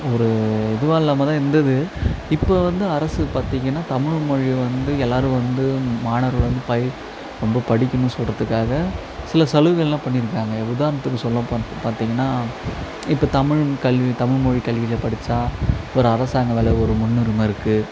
ஒரு இதுவா இல்லாமல் தான் இருந்தது இப்போ வந்து அரசு பார்த்திங்கன்னா தமிழ்மொழி வந்து எல்லோரும் வந்து மாணவர்கள பயி ரொம்ப படிக்கணும் சொல்கிறத்துக்காக சில சலுகைல்லாம் பண்ணி இருக்காங்க உதராணத்துக்கு சொல்லப்போ பார்த்திங்கன்னா இப்போ தமிழ் கல்வி தமிழ்மொழி கல்வியில் படிச்சா ஒரு அரசாங்க வேலை ஒரு முன்னுரிமை இருக்குது